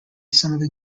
some